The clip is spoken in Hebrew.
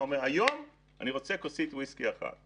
יש בשקף את האתגרים התקשורתיים המרכזיים שהיו במבצע.